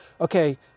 okay